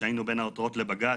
כשהיינו בין העותרות לבג"ץ,